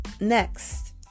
next